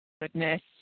Goodness